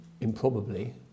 improbably